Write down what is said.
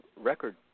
record